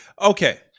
Okay